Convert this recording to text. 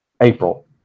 April